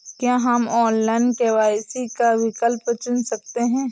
क्या हम online KYC का विकल्प चुन सकते हैं?